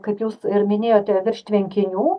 kaip jūs ir minėjote virš tvenkinių